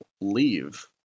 leave